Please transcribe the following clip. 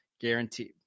guaranteed